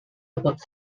about